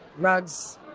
rugs.